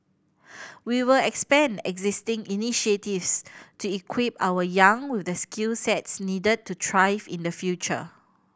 we will expand existing initiatives to equip our young with the skill sets needed to thrive in the future